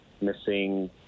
missing